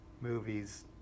movies